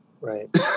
Right